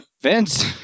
Vince